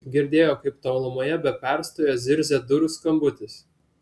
girdėjo kaip tolumoje be perstojo zirzia durų skambutis